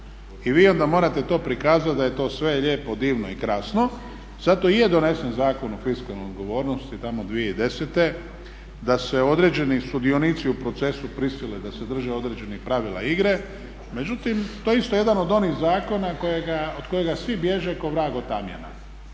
I vi onda morate to prikazat da je to sve lijepo, divno i krasno zato i je donesen Zakon o fiskalnoj odgovornosti tamo 2010.da se određeni sudionici u procesu prisile drže određenih pravila igre. Međutim to je isto jedan od onih zakona od kojega svi bježe kao vrag od tamjana.